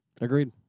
Agreed